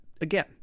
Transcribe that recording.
again